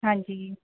ਹਾਂਜੀ